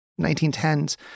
1910s